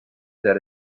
that